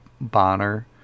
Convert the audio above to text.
Bonner